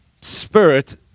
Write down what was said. spirit